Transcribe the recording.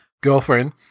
girlfriend